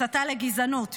הסתה לגזענות,